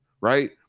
right